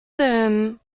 denn